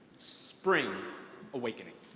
spring awakening